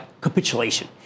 capitulation